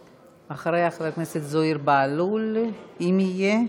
אחריה, חבר הכנסת זוהיר בהלול, אם יהיה,